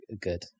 good